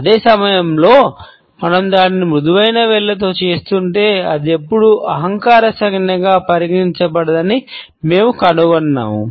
అదే సమయంలో మనం దానిని మృదువైన వేళ్ళతో చేస్తుంటే అది ఎప్పుడూ అహంకార సంజ్ఞగా పరిగణించబడదని మేము కనుగొన్నాము